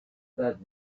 that